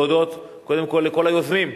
להודות קודם כול לכל היוזמים,